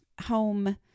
home